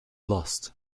lost